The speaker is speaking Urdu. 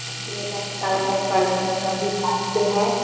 اب کے لیٹ ابھی سائڈ پہ ہیں